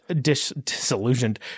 disillusioned